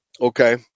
Okay